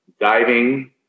diving